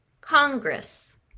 Congress